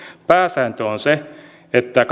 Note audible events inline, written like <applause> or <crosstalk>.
pääsääntö on se että <unintelligible>